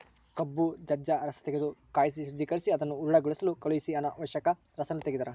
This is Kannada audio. ಕಬ್ಬು ಜಜ್ಜ ರಸತೆಗೆದು ಕಾಯಿಸಿ ಶುದ್ದೀಕರಿಸಿ ಅದನ್ನು ಹರಳುಗೊಳಿಸಲು ಕಳಿಹಿಸಿ ಅನಾವಶ್ಯಕ ರಸಾಯನ ತೆಗಿತಾರ